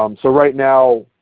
um so right now,